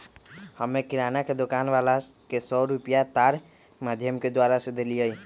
हम्मे किराना के दुकान वाला के सौ रुपईया तार माधियम के द्वारा देलीयी